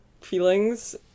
feelings